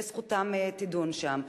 וזכותם תידון שם.